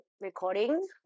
recording